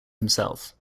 himself